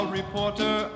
reporter